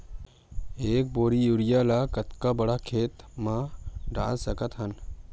एक बोरी यूरिया ल कतका बड़ा खेत म डाल सकत हन?